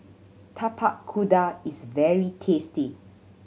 Tapak Kuda is very tasty